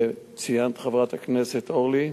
וציינת, חברת הכנסת אורלי,